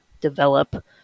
develop